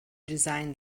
design